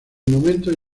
momento